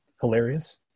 Hilarious